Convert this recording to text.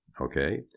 Okay